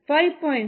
112 8